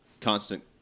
constant